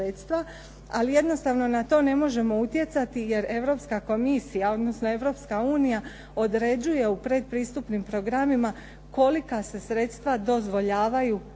ali jednostavnije na to ne možemo utjecati jer Europska Komisija, odnosno Europska unija određuje u predpristupnim programima kolika se sredstva dozvoljavaju za koji